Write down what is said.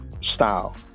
style